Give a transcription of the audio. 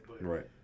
Right